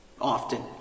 Often